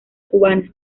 cubana